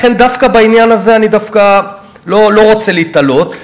לכן, בעניין הזה אני דווקא לא רוצה להיתלות.